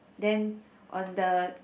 then on the